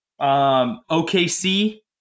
OKC